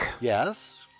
Yes